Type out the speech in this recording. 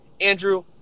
Andrew